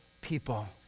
people